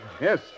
Yes